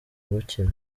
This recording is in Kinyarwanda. gukira